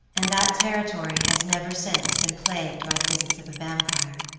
and that territory has never since been plagued by the visits of a vampire.